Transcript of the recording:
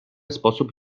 sposób